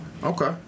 Okay